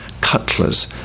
cutlers